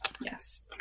Yes